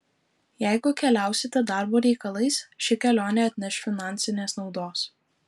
jeigu keliausite darbo reikalais ši kelionė atneš finansinės naudos